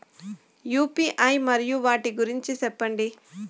UPI మరియు వాటి గురించి సెప్పండి?